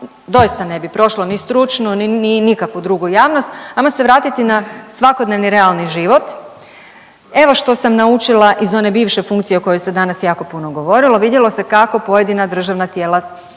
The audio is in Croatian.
doista ne bi prošlo ni stručnu ni nikakvu drugu javnost. Hajmo se vratiti na svakodnevni realni život. Evo što sam naučila iz one bivše funkcije o kojoj se danas jako puno govorilo. Vidjelo se kako pojedina državna tijela